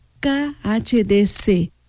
khdc